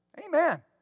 Amen